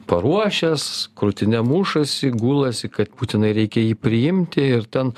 paruošęs krūtine mušasi gulasi kad būtinai reikia jį priimti ir ten